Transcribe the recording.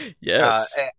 Yes